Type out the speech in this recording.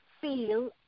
feel